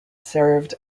served